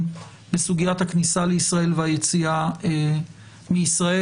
בסוגיית הכניסה לישראל והיציאה מישראל.